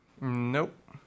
Nope